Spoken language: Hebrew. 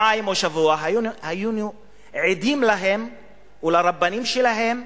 רק לפני שבוע או שבועיים היינו עדים להם ולרבנים שלהם,